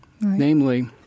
namely